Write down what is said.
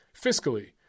fiscally